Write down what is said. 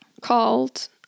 called